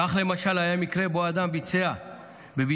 כך למשל היה מקרה שבו אדם ביצע בבתו